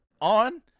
On